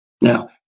Now